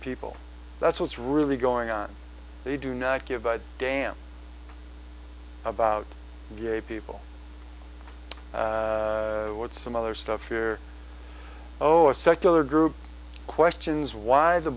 people that's what's really going on they do not give a damn about gay people what some other stuff here oh a secular group questions why the